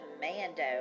commando